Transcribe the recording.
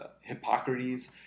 hippocrates